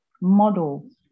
models